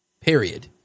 period